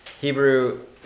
Hebrew